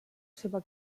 seva